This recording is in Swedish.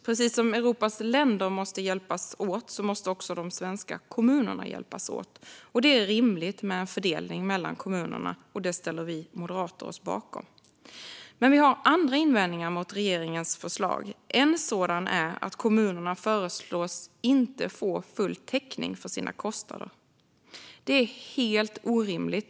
Precis som Europas länder måste hjälpas åt, måste också de svenska kommunerna hjälpas åt. Det är rimligt med en fördelning mellan kommunerna, och det ställer vi moderater oss bakom. Men vi har andra invändningar mot regeringens förslag. En sådan är att man föreslår att kommunerna inte ska få full täckning för sina kostnader.